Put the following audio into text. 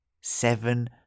Seven